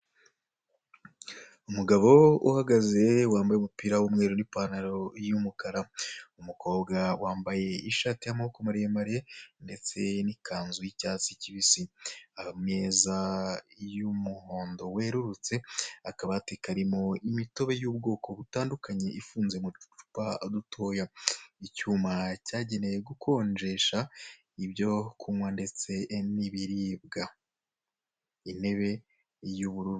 Umugabo uhagaze wambaye umupira w'umweru n'ipantaro y'umukara, umukobwa wambaye ishati y'amaboko maremare ndetse n'ikanzu y'icyatsi kibisi. Ameza y'umuhondo werurutse, akabati karimo imitobe y'ubwoko butandukanye ifunze mu ducupa dutoya, icyuma cyagenewe gukonjesha ibyo kunywa ndetse n'ibiribwa, intebe y'ubururu.